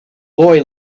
boy